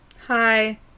Hi